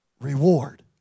reward